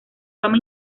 fama